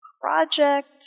project